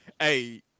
Hey